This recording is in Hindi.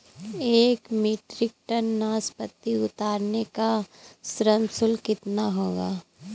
एक मीट्रिक टन नाशपाती उतारने का श्रम शुल्क कितना होगा?